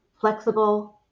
flexible